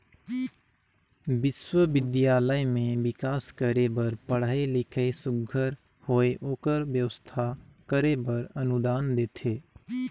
बिस्वबिद्यालय में बिकास करे बर पढ़ई लिखई सुग्घर होए ओकर बेवस्था करे बर अनुदान देथे